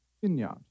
vineyard